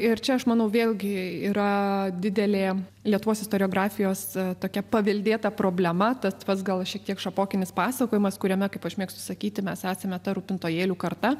ir čia aš manau vėlgi yra didelė lietuvos istoriografijos tokia paveldėta problema tas pats gal šiek tiek šapokinis pasakojimas kuriame kaip aš mėgstu sakyti mes esame ta rūpintojėlių karta